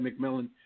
McMillan